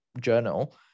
Journal